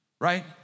right